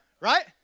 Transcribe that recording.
right